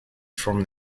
from